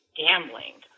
gambling